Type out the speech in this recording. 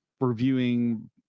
reviewing